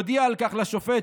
הודיע על כך לשופט,